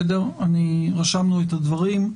רשמנו את הדברים.